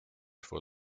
for